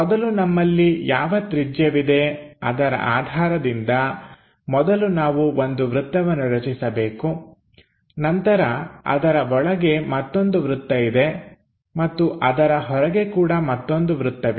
ಮೊದಲು ನಮ್ಮಲ್ಲಿ ಯಾವ ತ್ರಿಜ್ಯವಿದೆ ಅದರ ಆಧಾರದಿಂದ ಮೊದಲು ನಾವು ಒಂದು ವೃತ್ತವನ್ನು ರಚಿಸಬೇಕು ನಂತರ ಅದರ ಒಳಗೆ ಮತ್ತೊಂದು ವೃತ್ತ ಇದೆ ಮತ್ತು ಅದರ ಹೊರಗೆ ಕೂಡ ಮತ್ತೊಂದು ವೃತ್ತವಿದೆ